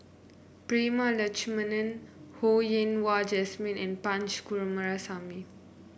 Prema Letchumanan Ho Yen Wah Jesmine and Punch Coomaraswamy